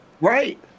Right